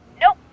Nope